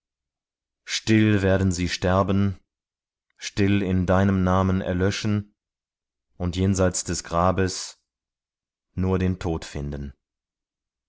frieden werden sie sterben stille verlöschen mit deinem namen auf den lippen und jenseits des grabes nur den tod finden